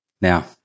Now